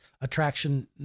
attraction